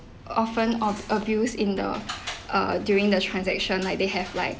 often of are abuse in the uh during the transaction like they have like